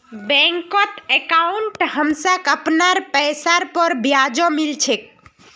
बैंकत अंकाउट हमसाक अपनार पैसार पर ब्याजो मिल छेक